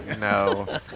no